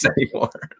anymore